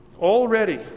Already